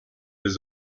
his